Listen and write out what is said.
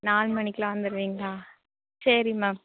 நாலு மணிக்கெலாம் வந்துடவீங்களா சரி மேம்